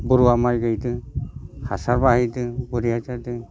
बरुवा माइ गायदों हासार बाहायदों बरिया जादों